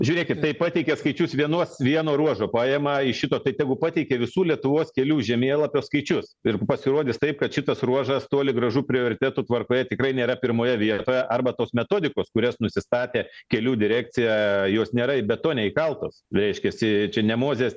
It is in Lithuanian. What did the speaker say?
žiūrėkit tai pateikė skaičius vienos vieno ruožo paima iš šito tai tegu pateikia visų lietuvos kelių žemėlapio skaičius ir pasirodys taip kad šitas ruožas toli gražu prioritetų tvarkoje tikrai nėra pirmoje vietoje arba tos metodikos kurias nusistatė kelių direkcija jos nėra betone neįkaltos reiškiasi čia ne mozės